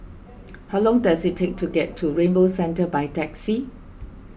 how long does it take to get to Rainbow Centre by taxi